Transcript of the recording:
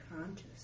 conscious